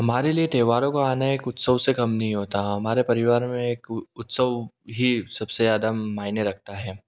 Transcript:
हमारे लिए त्यौहारों का आना एक उत्सव से कम नी होता हमारे परिवार में एक उत्सव ही सब से ज़्यादा मायने रखता है